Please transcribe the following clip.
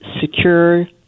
secure